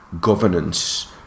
governance